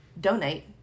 donate